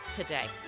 today